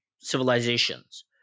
civilizations